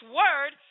word